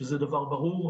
שזה דבר ברור,